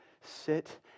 sit